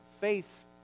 faith